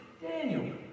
Daniel